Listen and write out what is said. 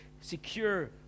secure